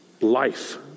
life